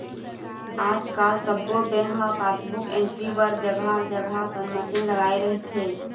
आजकाल सब्बो बेंक ह पासबुक एंटरी बर जघा जघा मसीन लगाए रहिथे